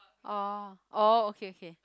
oh oh okay okay